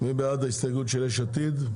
מי בעד ההסתייגות של יש עתיד,